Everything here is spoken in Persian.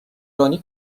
رانی